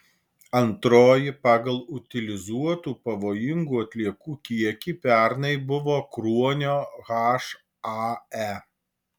antroji pagal utilizuotų pavojingų atliekų kiekį pernai buvo kruonio hae